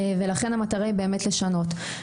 לכן המטרה היא באמת לשנות.